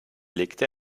legte